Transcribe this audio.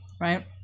right